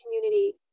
community